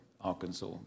arkansas